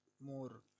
more